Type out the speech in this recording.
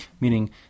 meaning